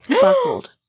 buckled